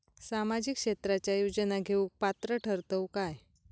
सामाजिक क्षेत्राच्या योजना घेवुक पात्र ठरतव काय?